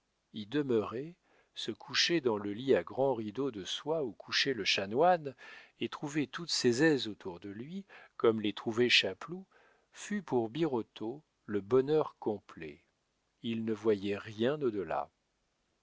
y demeurer se coucher dans le lit à grands rideaux de soie où couchait le chanoine et trouver toutes ses aises autour de lui comme les trouvait chapeloud fut pour birotteau le bonheur complet il ne voyait rien